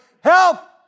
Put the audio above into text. help